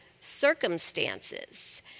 circumstances